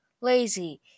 lazy